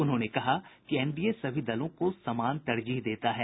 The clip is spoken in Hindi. उन्होंने कहा कि एनडीए सभी दलों को समान तरजीह देता है